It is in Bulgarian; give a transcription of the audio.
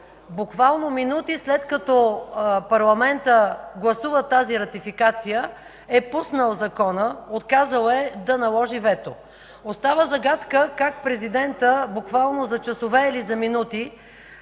…буквално минути след като парламентът гласува тази ратификация, е пуснал закона, отказал е да наложи вето. Остава загадка как президентът буквално за часове или за минути